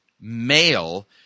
male